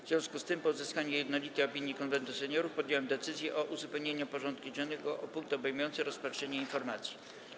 W związku z tym, po uzyskaniu jednolitej opinii Konwentu Seniorów, podjąłem decyzję o uzupełnieniu porządku dziennego o punkt obejmujący rozpatrzenie informacji.